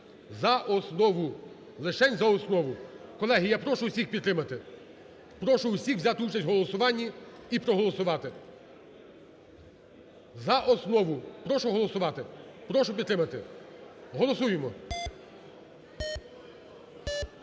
за основу. Колеги, я прошу всіх підтримати, прошу всіх взяти участь в голосуванні і проголосувати за основу. Прошу голосувати. Прошу підтримати. Голосуємо.